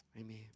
Amen